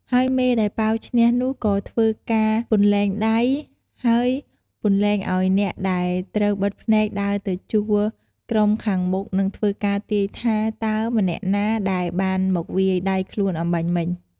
ហើយមេដែលប៉ាវឈ្នះនោះក៏ធ្វើការពន្លែងដៃ ហើយពន្លែងឲ្យអ្នកដែលត្រូវបិទភ្នែកដើរទៅជួរក្រុមខាងមុខ និងធ្វើការទាយថាតើម្នាក់ណាដែលបានមកវាយដៃខ្លួនអំបាញ់មិញ។